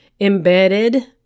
Embedded